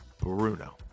Bruno